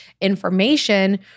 information